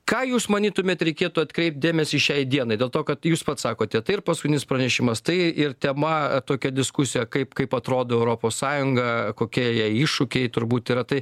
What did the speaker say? ką jūs manytumėt reikėtų atkreipt dėmesį šiai dienai dėl to kad jūs pats sakote tai ir paskutinis pranešimas tai ir tema tokia diskusija kaip kaip atrodo europos sąjunga kokie jai iššūkiai turbūt yra tai